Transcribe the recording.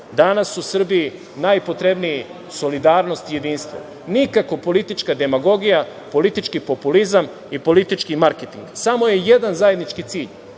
Danas su Srbiji najpotrebniji solidarnost i jedinstvo, a nikako politička demagogija, politički populizam i politički marketing. Samo je jedan zajednički cilj